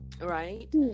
right